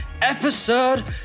episode